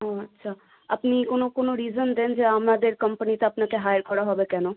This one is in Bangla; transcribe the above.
ও আচ্ছা আপনি কোনো কোনো রিজন দিন যে আমাদের কোম্পানিতে আপনাকে হায়ার করা হবে কেন